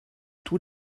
tous